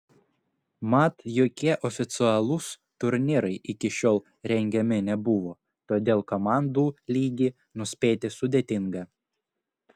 mat jokie oficialūs turnyrai iki šiol rengiami nebuvo todėl komandų lygį nuspėti sudėtinga